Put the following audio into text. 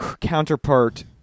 counterpart